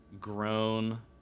grown